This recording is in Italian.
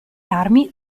armi